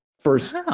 first